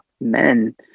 men